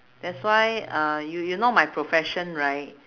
that's why uh you you know my profession right